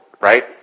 right